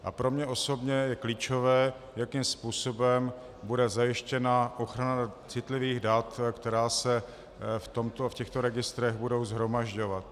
A pro mě osobně je klíčové, jakým způsobem bude zajištěna ochrana citlivých dat, která se v těchto registrech budou shromažďovat.